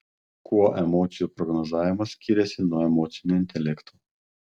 kuo emocijų prognozavimas skiriasi nuo emocinio intelekto